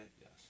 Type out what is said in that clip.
Yes